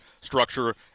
structure